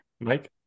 Mike